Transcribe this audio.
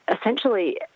essentially